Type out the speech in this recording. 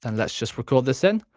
and let's just record this in.